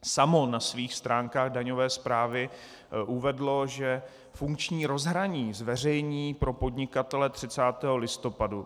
Samo na svých stránkách daňové správy uvedlo, že funkční rozhraní zveřejní pro podnikatele 30. listopadu.